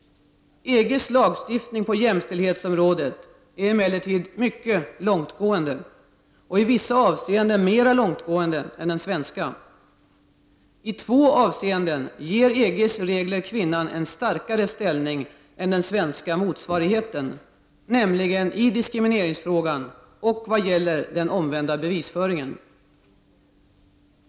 EG:s lagstiftning på jämställdhetsområdet är emellertid mycket långtgående och i vissa avseenden mera långtgående än den svenska. I två avseenden ger EG:s regler kvinnan en starkare ställning än den svenska motsvarigheten, nämligen i diskrimineringsfrågan och vad gäller den omvända bevisföringen.